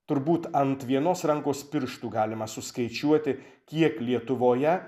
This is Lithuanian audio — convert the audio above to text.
turbūt ant vienos rankos pirštų galima suskaičiuoti kiek lietuvoje